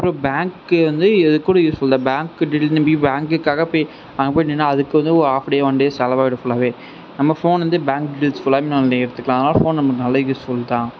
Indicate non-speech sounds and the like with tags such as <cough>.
அப்பறோம் பேங்க்கு வந்து இதுக்கூட யூஸ் ஃபுல் இந்த பேங்க் டீட்டியல் <unintelligible> பேங்க்குக்காக போய் அங்கே போய் நின்றா அதுக்கு வந்து ஒரு ஹாஃப் டே ஒன் டேஸ் செலவாகிடும் ஃபுல்லாகவே நம்ம ஃபோன் வந்து பேங்க் டீட்டியல்ஸ் ஃபுல்லாவுமே அதுலேயே எடுத்துக்கலாம் அதனால் ஃபோன் நமக்கு நல்லா யூஸ் ஃபுல் தான்